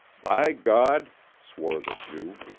by god! swore the jew,